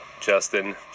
Justin